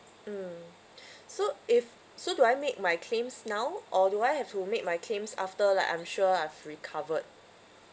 mm so if so do I make my claims now or do I have to make my claims after like I'm sure I've recovered